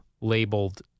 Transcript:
labeled